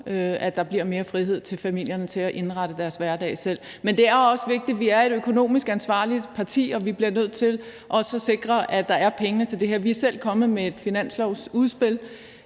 at der bliver mere frihed til familierne til selv at indrette deres hverdag. Men det er også vigtigt at være et økonomisk ansvarligt parti, og vi bliver nødt til også at sikre, at der er penge til det her. Forslagsstillerne henviser